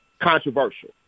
controversial